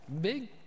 big